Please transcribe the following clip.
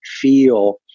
feel